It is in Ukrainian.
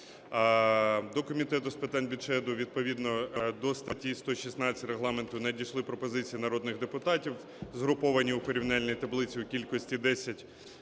До Комітету з питань бюджету відповідно до статті 116 Регламенту надійшли пропозиції народних депутатів, згруповані у порівняльній таблиці у кількості